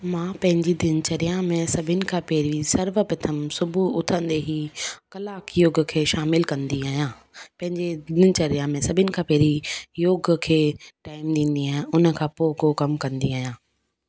मां पंहिंजी दिनचर्या में सभिनी खां पहिरीं सर्व प्रथम सुबुहु उथंदे ई कलाक युग खे शामिलु कंदी आहियां पंहिंजे दिनचर्या में सभिनी खां पहिरीं योग खे टाइम ॾींदी आहियां हुन खां पोइ को कमु कंदी आहियां